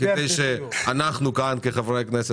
כהוראת קבע אנחנו לא חושבים שהפלטפורמה היא כרגע,